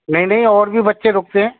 नहीं नहीं और भी बच्चे रुकते हैं